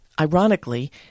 Ironically